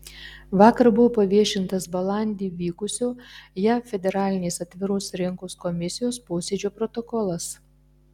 vakar buvo paviešintas balandį vykusio jav federalinės atviros rinkos komisijos posėdžio protokolas